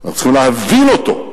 אנחנו צריכים להבין אותו.